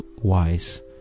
wise